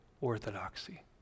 orthodoxy